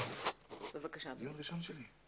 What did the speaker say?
זה דיון ראשון שלי.